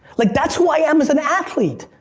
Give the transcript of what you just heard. like that's who i am as an athlete.